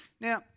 Now